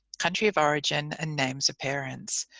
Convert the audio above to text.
country of origin and names of parents.